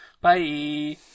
bye